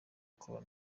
col